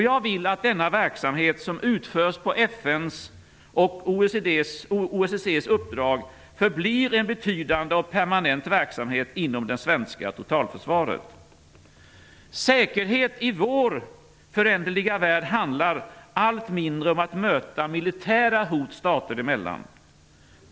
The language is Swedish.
Jag vill att denna verksamhet, som utförs på FN:s och OSSE:s uppdrag, förblir en betydande och permanent verkamhet inom det svenska totalförsvaret. Säkerhet i vår föränderliga värld handlar allt mindre om att möta militära hot stater emellan.